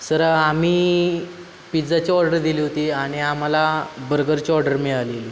sir आम्ही पिझ्झाची order दिली होती आणि आम्हाला बर्गरची ऑर्डर मिळाली